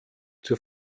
zur